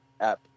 app